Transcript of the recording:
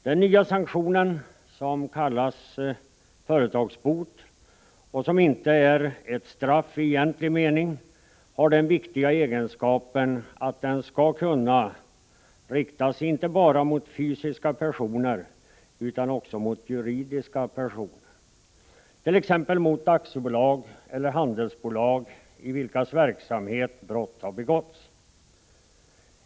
Den nya sanktionen, som kallas företagsbot och som inte är ett straff i egentlig mening, har den viktiga egenskapen att den skall kunna riktas inte bara mot fysiska personer utan också mot juridiska personer, t.ex. mot aktiebolag eller handelsbolag i vilkas verksamhet brott har begåtts.